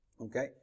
Okay